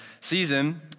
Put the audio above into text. season